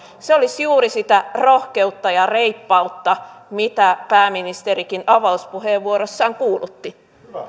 se olisi juuri sitä rohkeutta ja reippautta mitä pääministerikin avauspuheenvuorossaan kuulutti